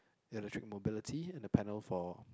electric mobility and the panel for